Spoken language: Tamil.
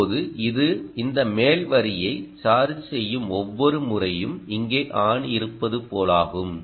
இப்போது இது இந்த மேல் வரியை சார்ஜ் செய்யும் ஒவ்வொரு முறையும் இங்கே ஆன் இருப்பது போலாகும்